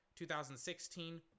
2016